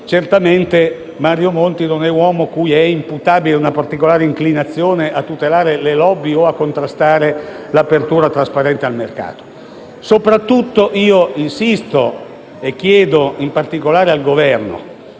certamente Mario Monti non è uomo a cui è imputabile una particolare inclinazione a tutelare le *lobby* o a contrastare l'apertura trasparente al mercato. A questo punto rivolgo una richiesta in particolare al Governo.